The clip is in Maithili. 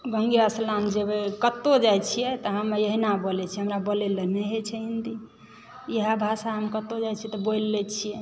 भले आसाम जेबय कतहुँ जाय छियै हम अहिना बोलय छियै हमरा बोलय ला नहि होइत छै हिन्दी इएह भाषा हम कतहुँ जाय छियै तऽ बोलि लय छियै